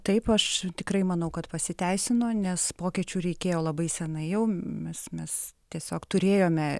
taip aš tikrai manau kad pasiteisino nes pokyčių reikėjo labai senai jau mes mes tiesiog turėjome